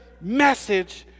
message